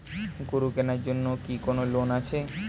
গরু কেনার জন্য কি কোন লোন আছে?